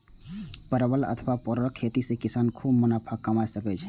परवल अथवा परोरक खेती सं किसान खूब मुनाफा कमा सकै छै